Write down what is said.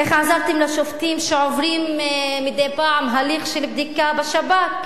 איך עזרתם לשופטים שעוברים מדי פעם הליך של בדיקה בשב"כ?